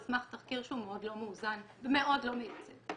על סמך תחקיר שהוא מאוד לא מאוזן ומאוד לא מייצג.